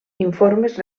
informes